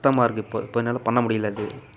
கஷ்டமாக இருக்குது இப்போ இப்போ என்னால் பண்ண முடியல அது